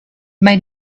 may